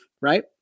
right